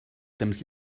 temps